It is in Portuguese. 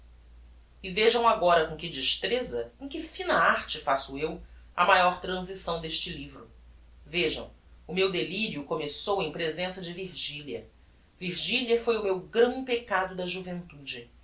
e vejam agora com que destreza com que fina arte faço eu a maior transição deste livro vejam o meu delirio começou em presença de virgilia virgilia foi o meu grão peccado da juventude